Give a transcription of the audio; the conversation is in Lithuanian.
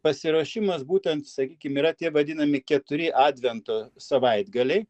pasiruošimas būtent sakykim yra tie vadinami keturi advento savaitgaliai